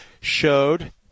showed